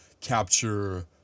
capture